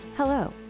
Hello